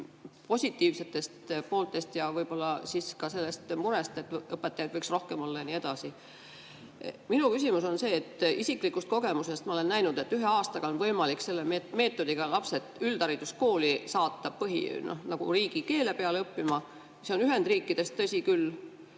positiivsest poolest ja võib-olla ka sellest murest, et õpetajaid võiks rohkem olla, ja nii edasi. Minu küsimus on see, et isiklikust kogemusest ma olen näinud, et ühe aastaga on võimalik selle meetodiga saata lapsed üldhariduskooli riigikeeles õppima. See on Ühendriikides, tõsi küll.